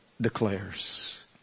declares